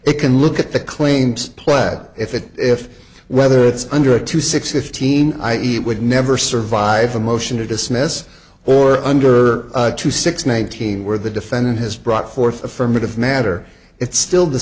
they can look at the claims plaid if it if whether it's under a two six fifteen i e it would never survive a motion to dismiss or under two six nineteen where the defendant has brought forth affirmative matter it's still the